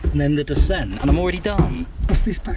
and then the descent, and i'm already done! what's this